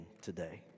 today